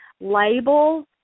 Label